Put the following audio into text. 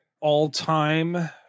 All-time